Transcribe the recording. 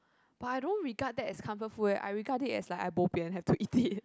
but I don't regard that as comfort food eh I regard it as like I bo bian have to eat it